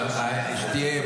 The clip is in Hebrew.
אבל שתהיה,